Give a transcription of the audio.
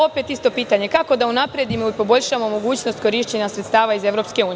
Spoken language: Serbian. Opet isto pitanje – kako da unapredimo i poboljšamo mogućnost korišćenja sredstava iz EU?